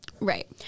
Right